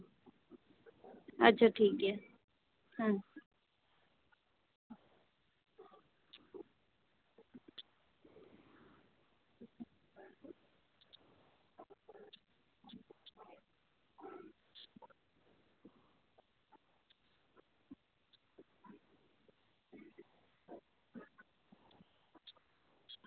ᱟᱪᱪᱷᱟ ᱴᱷᱤᱠ ᱜᱮᱭᱟ ᱦᱮᱸ